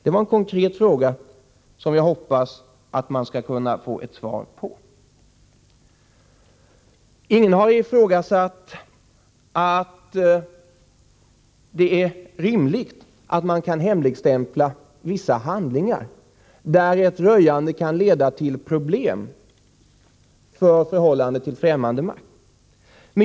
Det var en konkret fråga, som jag hoppas få ett svar på. Ingen har sagt annat än att det är rimligt att man kan hemligstämpla vissa handlingar där ett röjande skulle kunna leda till problem då det gäller förhållandet till fftämmande makt.